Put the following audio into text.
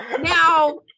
Now